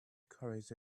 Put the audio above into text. carries